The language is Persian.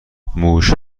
موش